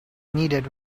needed